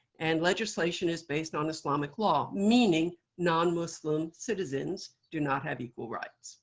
and legislation is based on islamic law. meaning non-muslim citizens do not have equal rights.